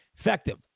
Effective